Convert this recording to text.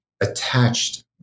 attached